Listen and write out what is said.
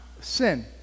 sin